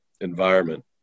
environment